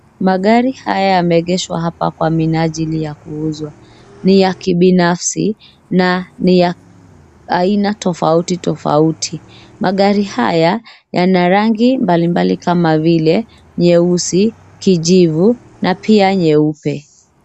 Magari haya yameegeshwa hapa kwa minajili ya kuuzwa. Ni ya kibinafsi na ni ya aina tofauti tofauti. Magari haya yana rangi mbalimbali i kama vile nyeusi, kijivu na pia nyeupe.